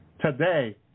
today